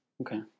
Okay